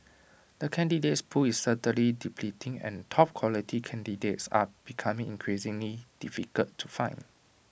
the candidates pool is certainly depleting and top quality candidates are becoming increasingly difficult to find